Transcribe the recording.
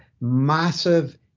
massive